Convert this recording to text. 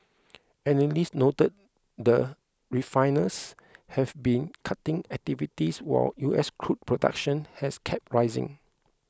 analysts noted that refiners have been cutting activity while U S crude production has kept rising